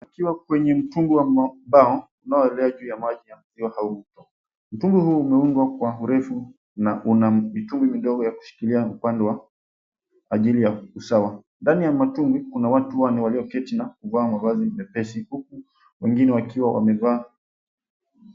Akiwa kwenye mtungo wa mbao unaoelea juu ya maji ya ziwa au mto. Mtungo huu umeungwa kwa urefu na una mitumbi midogo ya kushikilia upande wa ajili ya usawa. Ndani ya matumbi kuna watu huwa ni walioketi na kuvaa mavazi mepesi huku wengine wakiwa wamevaa.